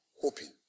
hoping